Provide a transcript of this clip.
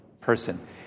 person